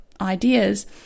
ideas